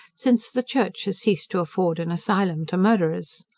since the church has ceased to afford an asylum to murderers.